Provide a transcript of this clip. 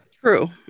True